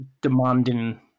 demanding